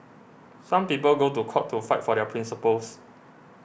some people go to court to fight for their principles